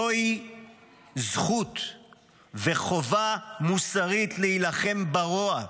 זוהי זכות וחובה מוסרית להילחם ברוע,